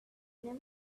would